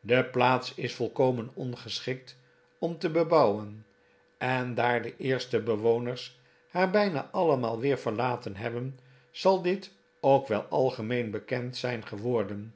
de plaats is volkomen dngeschikt om te bebouwen en daar de eerste bewoners haar bijna allemaal weer verlaten hebben zal dit ook wel algemeen bekend zijn geworden